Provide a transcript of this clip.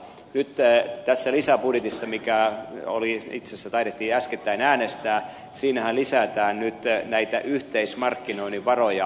nyt tässä lisäbudjetissahan mikä oli itse asiassa taidettiin äskettäin äänestää lisätään nyt näitä yhteismarkkinoinnin varoja